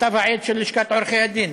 בכתב העת של לשכת עורכי-הדין,